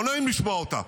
לא נעים לשמוע אותה,